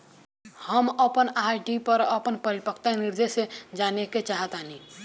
हम अपन आर.डी पर अपन परिपक्वता निर्देश जानेके चाहतानी